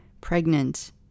pregnant